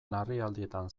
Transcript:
larrialdietan